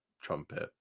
trumpet